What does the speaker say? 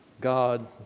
God